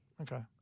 Okay